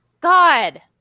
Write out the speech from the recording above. god